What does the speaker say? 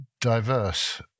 diverse